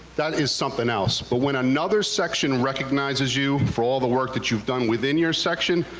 that is something else but when another section recognizes you for all the work that you've done within your section,